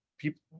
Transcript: people